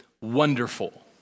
wonderful